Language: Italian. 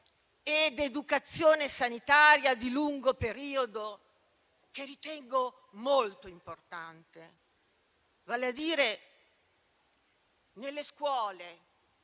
ed educazione sanitaria di lungo periodo, che ritengo molto importante, vale a dire che nelle scuole